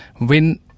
win